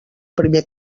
primer